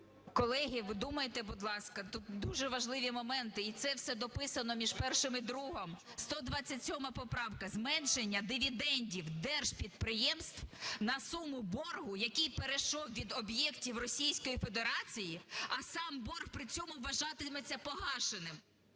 Колеги, думайте, будь ласка, дуже важливі моменти. І це все дописано між першим і другим. 127 поправка – зменшення дивідендів держпідприємств на суму боргу, який перейшов від об'єктів Російської Федерації, а сам борг при цьому вважатиметься погашеним.